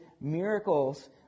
miracles